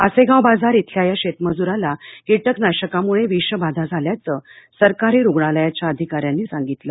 आसेगाव बाजार इथल्या या शेतमजूराला कीटकनाशकामुळे विषबाधा झाल्याचं सरकारी रुग्णालयाच्या अधिकाऱ्यांनी सांगितलं